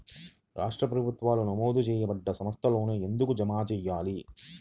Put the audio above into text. రాష్ట్ర ప్రభుత్వాలు నమోదు చేయబడ్డ సంస్థలలోనే ఎందుకు జమ చెయ్యాలి?